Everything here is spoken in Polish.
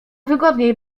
wygodniej